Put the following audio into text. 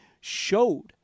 showed